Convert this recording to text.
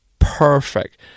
perfect